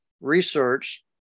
research